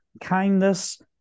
kindness